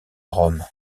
rome